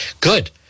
Good